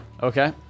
Okay